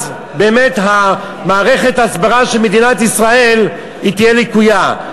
אז באמת מערכת ההסברה של מדינת ישראל תהיה לקויה,